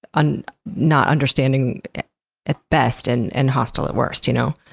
and not understanding at best and and hostile at worst, you know?